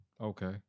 Okay